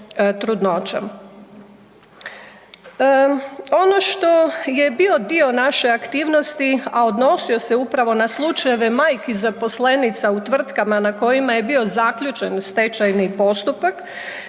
Ono što je bio naše aktivnosti, a odnosio se upravo na slučaj ovih majki, zaposlenica u tvrtkama na kojima je bio zaključen stečajni postupak